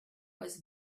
was